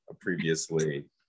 previously